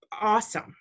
awesome